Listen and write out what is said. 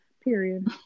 Period